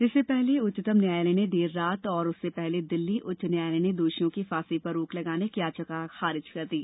इससे पहले उच्चतम न्यायालय ने देर रात और उससे पहले दिल्ली उच्च न्यायालय ने दोषियों की फांसी पर रोक लगाने की याचिका खारिज कर दी